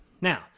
Now